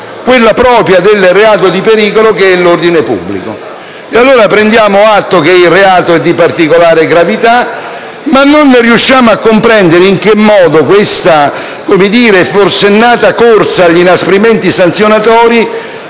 quella propria del reato di pericolo, che è l'ordine pubblico. Prendiamo atto, allora, che il reato è di particolare gravità, ma non riusciamo a comprendere in che modo questa forsennata corsa agli inasprimenti sanzionatori